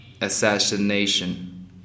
Assassination